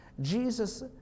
Jesus